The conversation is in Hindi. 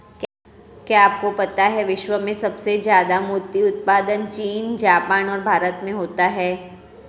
क्या आपको पता है विश्व में सबसे ज्यादा मोती उत्पादन चीन, जापान और भारत में होता है?